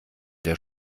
der